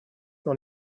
dans